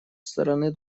стороны